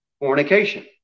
fornication